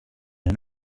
and